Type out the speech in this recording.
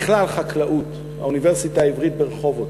בכלל חקלאות, האוניברסיטה העברית ברחובות.